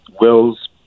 wills